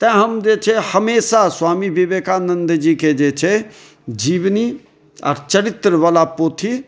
तेँ हम जे छै हमेशा स्वामी विवेकानन्दजीके जे छै जीवनी आओर चरित्रवला पोथी